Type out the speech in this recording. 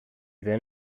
then